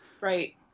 Right